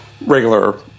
regular